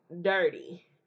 dirty